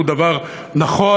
הוא דבר נכון,